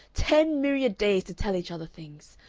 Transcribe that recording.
ten myriad days to tell each other things.